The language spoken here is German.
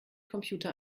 computer